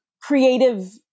creative